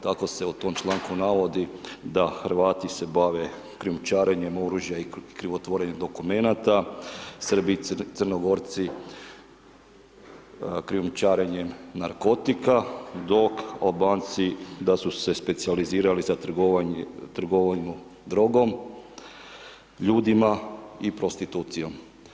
Tako se u tom članku navodi da Hrvati se bave krijumčarenjem oružja i krivotvorenjem dokumenata, Srbi i Crnogorci krijumčarenjem narkotika, dok Albanci da su se specijalizirali za trgovanju drogom, ljudima i prostitucijom.